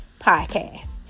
Podcast